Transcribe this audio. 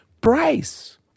Price